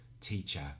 Teacher